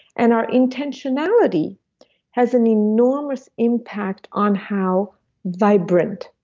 and our intentionality has an enormous impact on how vibrant,